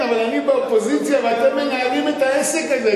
כן, אבל אני באופוזיציה ואתם מנהלים את העסק הזה.